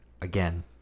Again